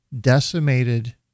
decimated